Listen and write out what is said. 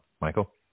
Michael